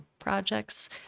projects